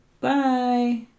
Bye